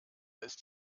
ist